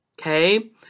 Okay